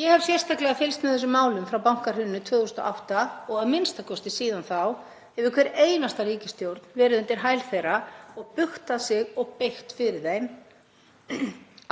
Ég hef sérstaklega fylgst með þessum málum frá bankahruninu 2008 og a.m.k. síðan þá hefur hver einasta ríkisstjórn verið undir hæl þeirra og bugtað sig og beygt fyrir þeim.